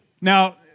Now